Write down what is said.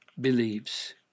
believes